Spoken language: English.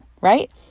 right